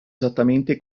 esattamente